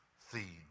theme